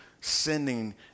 sending